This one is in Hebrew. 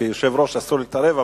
כיושב-ראש אסור לי להתערב,